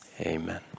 Amen